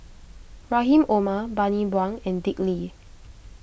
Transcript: Rahim Omar Bani Buang and Dick Lee